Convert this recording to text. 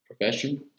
profession